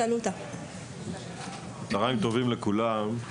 צוהריים טובים לכולם.